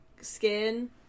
skin